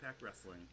Wrestling